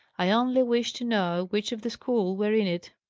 i only wish to know which of the school were in it,